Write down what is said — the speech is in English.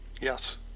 yes